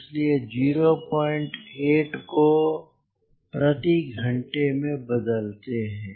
इसलिए 08 को प्रति घंटे में बदलते हैं